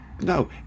no